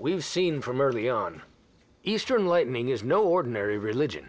we've seen from early on easter lightning is no ordinary religion